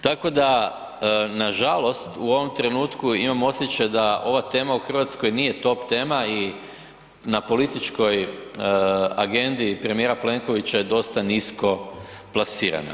Tako da nažalost u ovom trenutku imam osjećaj da ova tema u Hrvatskoj nije top tema i na političkoj agendi premijera Plenkovića je dosta nisko plasirana.